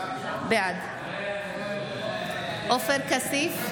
בעד עופר כסיף,